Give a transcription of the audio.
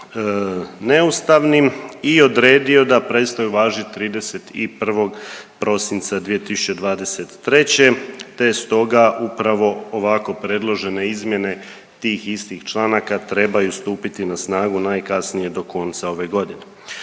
neustavnim i odredio da prestaju važiti 31. prosinca 2023. te stoga upravo ovako predložene izmjene tih istih članaka trebaju stupiti na snagu najkasnije do konca ove godine.